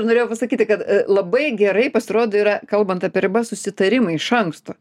norėjau pasakyti kad a labai gerai pasirodo yra kalbant apie ribas susitarimai iš anksto